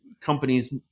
companies